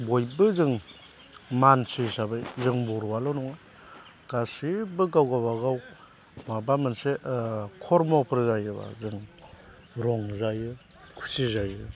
बयबो जों मानसि हिसाबै जों बर'आल' नङा गासिबो गावबा गाव माबा मोनसे खरम'फोर जायोब्ला जों रंजायो खुसि जायो